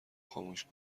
خاموش